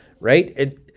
right